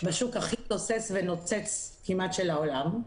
בשוק הכי תוסס ונוצץ כמעט של העולם.